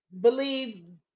believe